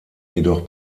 jedoch